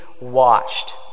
watched